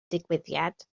digwyddiad